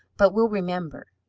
but we'll remember.